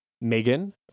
Megan